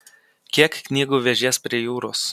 kiek knygų vežies prie jūros